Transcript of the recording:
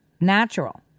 natural